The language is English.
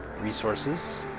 Resources